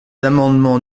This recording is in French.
amendements